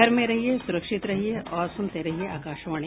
घर में रहिये सुरक्षित रहिये और सुनते रहिये आकाशवाणी